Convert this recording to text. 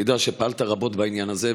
אני יודע שפעלת רבות בעניין הזה,